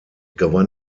gewann